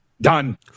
done